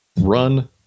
Run